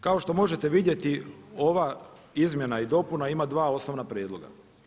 Kao što možete vidjeti ova izmjena i dopuna ima dva osnovna prijedloga.